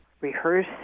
rehearse